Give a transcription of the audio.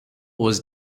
was